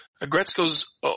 Agretzko's